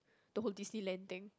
the whole Disneyland thing